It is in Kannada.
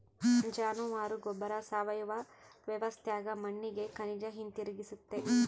ಜಾನುವಾರ ಗೊಬ್ಬರ ಸಾವಯವ ವ್ಯವಸ್ಥ್ಯಾಗ ಮಣ್ಣಿಗೆ ಖನಿಜ ಹಿಂತಿರುಗಿಸ್ತತೆ